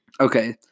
Okay